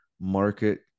market